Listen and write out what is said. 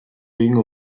egingo